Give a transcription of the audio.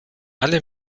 alle